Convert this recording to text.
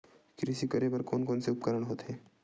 कृषि करेबर कोन कौन से उपकरण होथे?